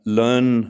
learn